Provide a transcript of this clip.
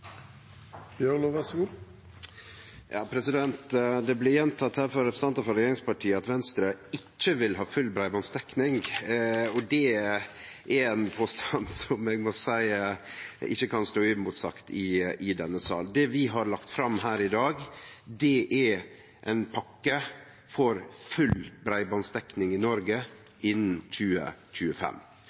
Det blir gjenteke her at Venstre ikkje vil ha full breibandsdekning, av representantar frå regjeringspartia. Det er ein påstand som ikkje kan stå uimotsagd i denne salen. Det vi har lagt fram i dag, er ei pakke for full breibandsdekning i Noreg innan 2025.